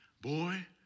boy